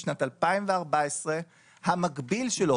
בשנת 2014 המקביל שלו,